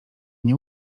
nie